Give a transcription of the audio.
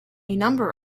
number